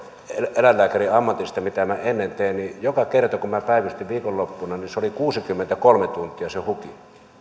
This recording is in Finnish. eläinlääkärin ammatista mitä minä ennen tein että joka kerta kun minä päivystin viikonloppuna se oli kuusikymmentäkolme tuntia se huki